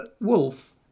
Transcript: wolf